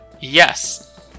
Yes